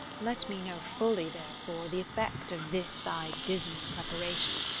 let me know fully therefore the effect of this thy dismal preparation,